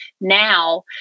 now